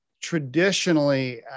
traditionally